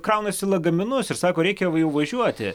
kraunasi lagaminus ir sako reikia jau važiuoti